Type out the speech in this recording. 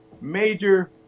major